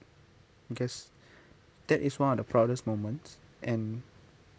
guess that is one of the proudest moments and